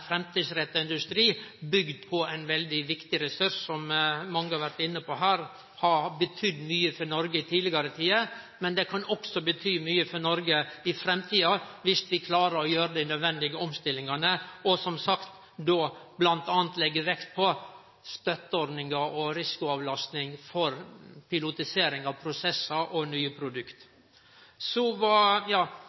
industri, bygd på ein veldig viktig ressurs som, som mange har vore inne på, har betydd mykje for Noreg i tidlegare tider. Men det kan også bety mykje for Noreg i framtida viss vi klarer å gjere dei nødvendige omstillingane, og, som sagt, bl.a. leggje vekt på støtteordningar og risikoavlasting for pilotisering av prosessar og nye produkt. Så